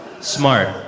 Smart